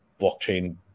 blockchain